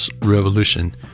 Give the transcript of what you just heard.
Revolution